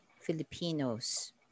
Filipinos